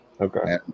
Okay